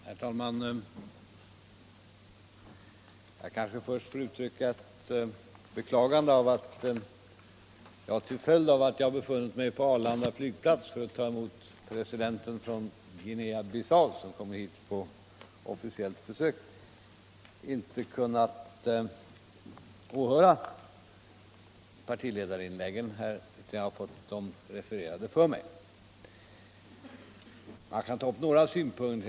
Herr talman! Jag vill först uttrycka ett beklagande över att jag till följd av att jag befunnit mig på Arlanda flygplats för att ta emot presidenten från Guinea-Bissau som är här på officiellt besök inte har kunnat åhöra partiledarinläggen i denna debatt. Jag har emellertid fått dem refererade för mig, och jag vill ta upp några synpunkter.